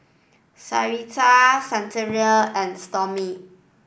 Sarita Santina and Stormy